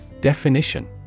Definition